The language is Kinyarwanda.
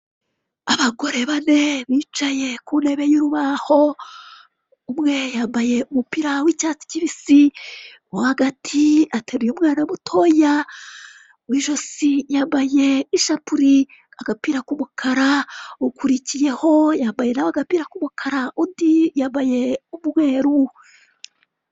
Abagore bane bicaye kuntebe y'urubaho umwe yambaye umupira w'icyatsi kibisi uwo hagati ateruye umwana mutoya mwijosi yambaye ishapuri agapira k'umukara ukurikiyeho yambaye nawe agapira k'umukara undi yambaye umweru.